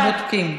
אנחנו בודקים.